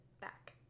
back